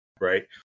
right